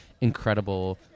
incredible